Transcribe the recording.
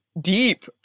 deep